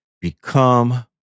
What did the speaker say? become